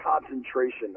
concentration